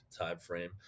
timeframe